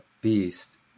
beast